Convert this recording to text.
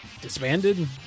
disbanded